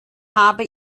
habe